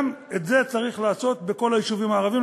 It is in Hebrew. את זה צריך לעשות גם בכל היישובים הערביים.